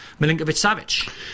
Milinkovic-Savic